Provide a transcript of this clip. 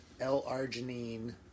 L-Arginine